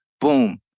boom